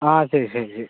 ആ ശരി ശരി ശരി